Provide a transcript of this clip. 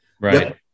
Right